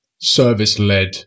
service-led